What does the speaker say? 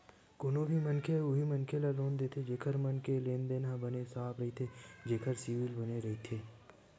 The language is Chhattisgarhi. कोनो भी मनखे ह उही मनखे ल लोन देथे जेखर मन के लेन देन ह बने साफ रहिथे जेखर सिविल बने रहिथे